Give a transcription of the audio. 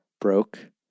broke